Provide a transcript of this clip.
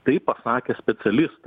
tai pasakė specialistai